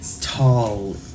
tall